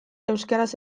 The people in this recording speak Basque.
euskaraz